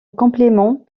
complément